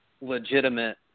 legitimate